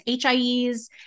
HIEs